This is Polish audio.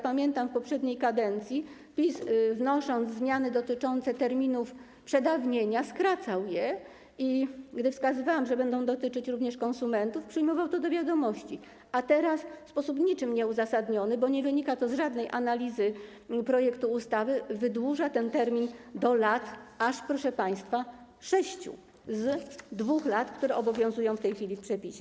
Pamiętam, że w poprzedniej kadencji PiS, wnosząc zmiany dotyczące terminów przedawnienia, skracał je i gdy wskazywałam, że będą dotyczyć również konsumentów, przyjmował to do wiadomości, a teraz w sposób niczym nieuzasadniony, bo nie wynika to z żadnej analizy projektu ustawy, wydłuża ten termin do aż 6 lat, proszę państwa, z 2 lat, które obowiązują w tej chwili zgodnie z przepisem.